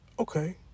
Okay